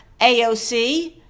AOC